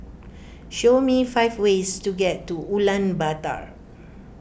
show me five ways to get to Ulaanbaatar